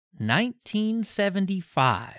1975